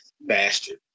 bastard